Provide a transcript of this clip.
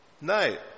No